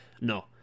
no